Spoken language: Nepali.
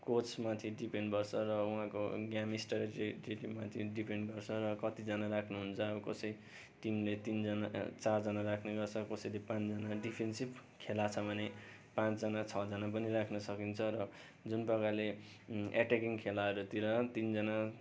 कोचमाथि डिपेन्ड गर्छ र उहाँको गेम स्ट्राटिजीमाथि डिपेन्ड गर्छ र कतिजना राख्नुहुन्छ अब कसै टिमले तिनजना चारजना राख्ने गर्छ कसैले पाँचजना डिफेन्सिभ खेला छ भने पाँचजना छजना पनि राख्न सकिन्छ र जुन प्रकारले एटेकिङ खेलाहरूतिर तिनजना